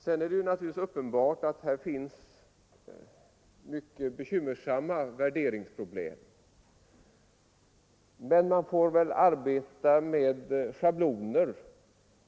Det är uppenbart att värderingsproblemen är svåra, men man får arbeta med schabloner.